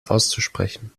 auszusprechen